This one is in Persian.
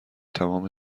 تمام